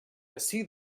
ací